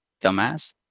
dumbass